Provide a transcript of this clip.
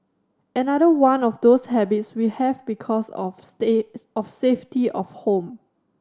another one of those habits we have because of stay of safety of home